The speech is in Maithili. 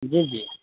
जी जी